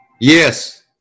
Yes